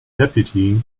deputy